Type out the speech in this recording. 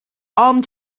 armed